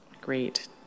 Great